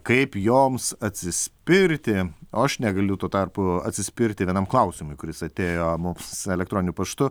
kaip joms atsispirti o aš negaliu tuo tarpu atsispirti vienam klausimui kuris atėjo mums elektroniniu paštu